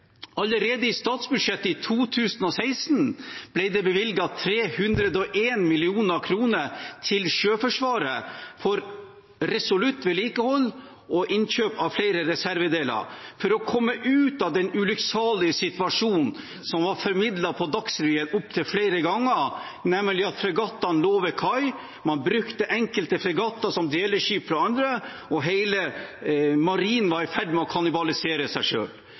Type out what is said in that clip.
Allerede i statsbudsjettet for 2016 ble det bevilget 301 mill. kr til Sjøforsvaret til resolutt vedlikehold og innkjøp av flere reservedeler for å komme ut av den ulykksalige situasjonen som var formidlet på Dagsrevyen opptil flere ganger, nemlig at fregattene lå ved kai, man brukte enkelte fregatter som deleskip fra andre, og hele Marinen var i ferd med å kannibalisere seg